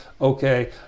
Okay